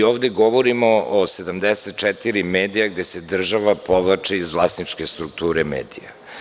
Ovde govorimo o 74 medija gde se država povlači iz vlasničke strukture medija.